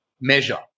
measure